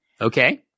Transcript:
Okay